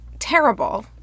terrible